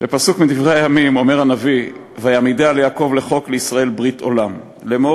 מדברי הימים אומר הנביא: "ויעמידה ליעקב לחק לישראל ברית עולם לאמר